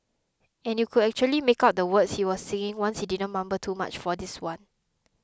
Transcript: and you could actually make out the words he was singing since he didn't mumble too much for this one